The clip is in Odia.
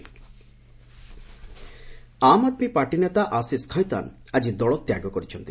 ଆପ୍ ଖେତାନ୍ ଆମ୍ ଆଦ୍ମୀ ପାର୍ଟି ନେତା ଆଶିଷ୍ ଖୈତାନ୍ ଆଜି ଦଳ ତ୍ୟାଗ କରିଛନ୍ତି